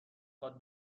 خواد